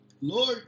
Lord